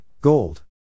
Gold